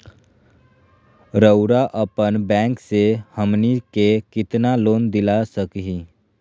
रउरा अपन बैंक से हमनी के कितना लोन दिला सकही?